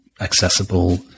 accessible